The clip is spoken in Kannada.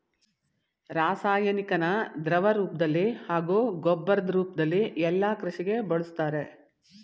ರಾಸಾಯನಿಕನ ದ್ರವರೂಪ್ದಲ್ಲಿ ಹಾಗೂ ಗೊಬ್ಬರದ್ ರೂಪ್ದಲ್ಲಿ ಯಲ್ಲಾ ಕೃಷಿಗೆ ಬಳುಸ್ತಾರೆ